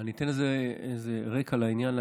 אני אתן לזה איזה רקע לעניין,